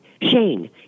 Shane